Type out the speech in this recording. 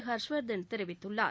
ஹர்ஷவாத்தன் தெரிவித்துள்ளார்